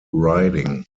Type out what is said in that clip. riding